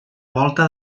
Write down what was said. volta